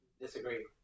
disagree